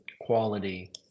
quality